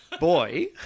boy